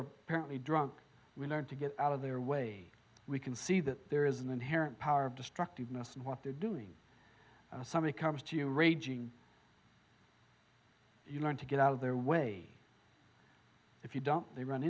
are apparently drunk we learn to get out of their way we can see that there is an inherent power of destructiveness and what they're doing somebody comes to you raging you learn to get out of their way if you don't they run